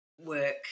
work